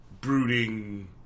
brooding